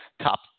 top